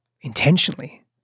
intentionally